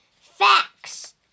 Facts